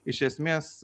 iš esmės